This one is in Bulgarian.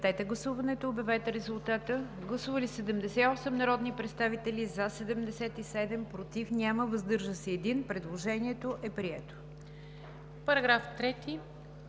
Параграф 4